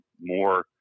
more